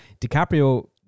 DiCaprio